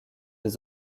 des